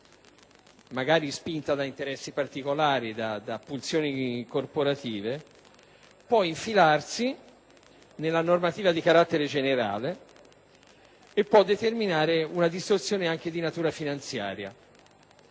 magari spinta da interessi particolari, da pulsioni corporative, può infilarsi nella normativa di carattere generale e determinare una distorsione anche di natura finanziaria.